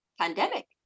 pandemic